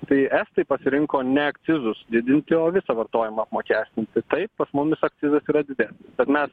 tai estai pasirinko ne akcizus didinti o visą vartojimą apmokestinti taip pas mumis akcizas yra didesnis bet mes